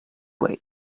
way